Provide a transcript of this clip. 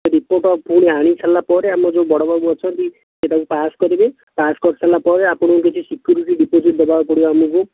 report ପୁଣି ଆଣି ସାରିଲା ପରେ ଆମର ଯେଉଁ ବଡ଼ବାବୁ ଅଛନ୍ତି ସେହିଟାକୁ ପାସ୍ କରିବେ ପାସ୍ କରି ସାରିଲା ପରେ ଆପଣଙ୍କୁ କିଛି ସିକ୍ୟୁରିଟି ଡିପୋଜିଟ୍ ଦେବାକୁ ପଡ଼ିବ ଆମକୁ